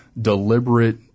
deliberate